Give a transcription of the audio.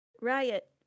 Riot